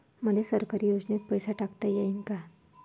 मले सरकारी योजतेन पैसा टाकता येईन काय?